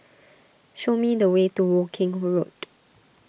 show me the way to Woking Road